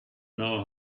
know